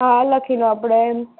હા લખી લો આપણે